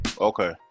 Okay